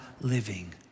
living